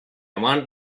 want